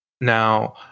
now